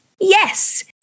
Yes